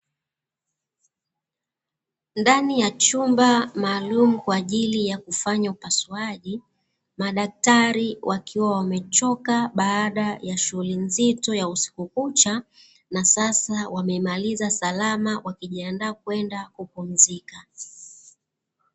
Ndani ya chumba maalumu kwa ajili ya kufanya upasuaji, madaktari wakiwa wamechoka baada ya shughuli nzito ya usiku kucha, na sasa wamemaliza salama wakijiandaa kwenda kupumzika.